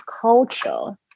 culture